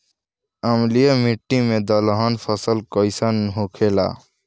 अम्लीय मिट्टी मे दलहन फसल कइसन होखेला?